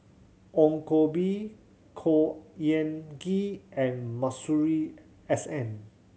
Ong Koh Bee Khor Ean Ghee and Masuri S N